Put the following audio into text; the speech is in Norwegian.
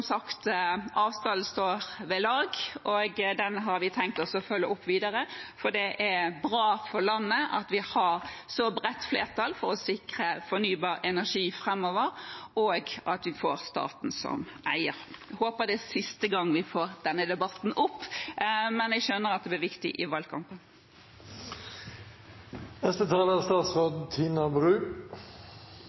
sagt: Avtalen står ved lag, og den har vi tenkt å følge opp videre, for det er bra for landet at vi har et så bredt flertall for å sikre fornybar energi framover, og at vi får staten som eier. Jeg håper det er siste gang vi får opp denne debatten, men jeg skjønner at det blir viktig i valgkampen. Det er